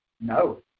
No